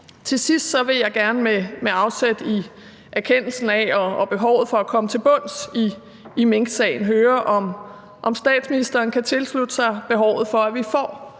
Til sidst vil jeg gerne med afsæt i erkendelsen af behovet for at komme til bunds i minksagen høre, om statsministeren kan tilslutte sig behovet for, at vi får